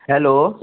hello